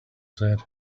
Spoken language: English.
said